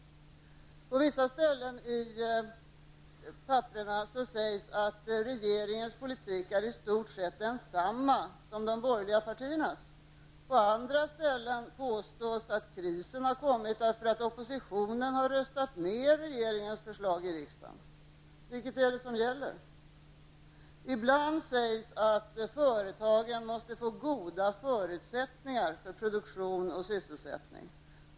På vissa ställen sägs att regeringens politik är i stort sett densamma som de borgerliga partiernas. På andra ställen påstås att krisen har kommit därför att oppositionen har röstat ner regeringens förslag i riksdagen. Vilket gäller? Ibland sägs att företagen måste få goda förutsättningar för produktion och sysselsättning.